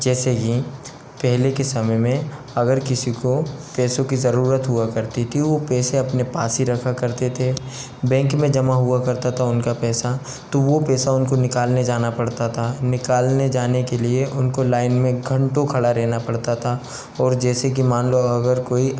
जैसे ही पहले के समय में अगर किसी को पैसों की ज़रूरत हुआ करती थी वह पैसे अपने पास ही रखा करते थे बैंक में जमा हुआ करता था उनका पैसा तो वह पैसा उनको निकालने जाना पड़ता था निकालने जाने के लिए उनको लाइन में घंटों खड़ा रहना पड़ता था और जैसे कि मान लो अगर कोई